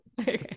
Okay